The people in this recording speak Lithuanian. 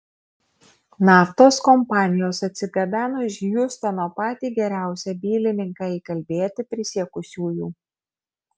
naftos kompanijos atsigabeno iš hjustono patį geriausią bylininką įkalbėti prisiekusiųjų